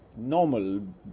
normal